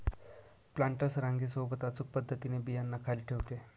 planters रांगे सोबत अचूक पद्धतीने बियांना खाली ठेवते